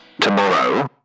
tomorrow